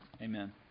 Amen